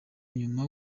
nyuma